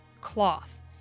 cloth